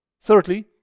thirdly